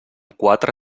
quatre